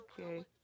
okay